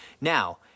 Now